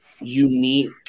unique